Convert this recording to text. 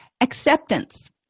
Acceptance